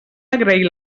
agrair